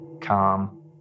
calm